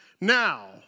Now